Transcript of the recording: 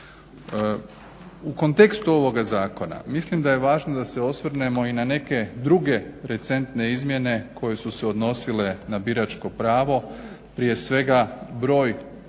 U kontekstu ovoga zakona mislim da je važno da se osvrnemo i na neke druge recentne izmjene koje su se odnosile na biračko pravo, prije svega broj